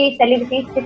celebrities